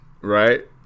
Right